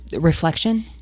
Reflection